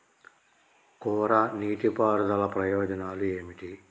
కోరా నీటి పారుదల ప్రయోజనాలు ఏమిటి?